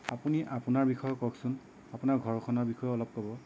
আপুনি আপোনাৰ বিষয়ে কওকচোন আপোনাৰ ঘৰখনৰ বিষয়ে অলপ ক'ব